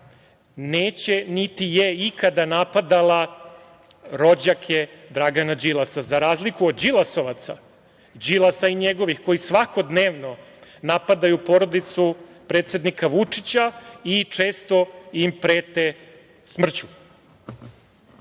neće, niti je ikada napadala rođake Dragana Đilasa, za razliku od đilasovaca, Đilasa i njegovih koji svakodnevno napadaju porodicu predsednika Vučića i često im prete